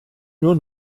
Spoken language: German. nur